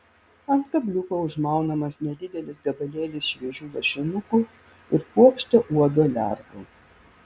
ant kabliuko užmaunamas nedidelis gabalėlis šviežių lašinukų ir puokštė uodo lervų